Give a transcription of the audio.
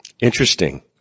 interesting